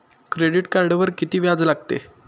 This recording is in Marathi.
क्रेडिट कार्डवर किती व्याज लागते?